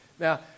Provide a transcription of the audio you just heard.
Now